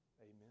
Amen